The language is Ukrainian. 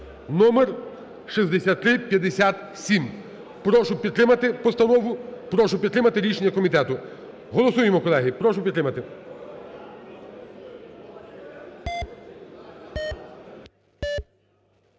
номер 6357. Прошу підтримати постанову, прошу підтримати рішення комітету. Голосуємо, колеги. Прошу підтримати.